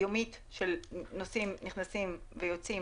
יומית של נוסעים נכנסים ויוצאים,